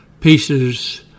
pieces